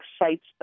excites